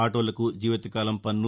ఆటోలకు జీవిత కాలం పన్ను